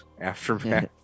Aftermath